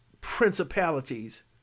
principalities